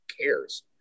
Cares